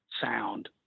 sound